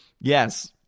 Yes